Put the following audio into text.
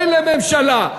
אוי לממשלה,